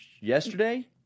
Yesterday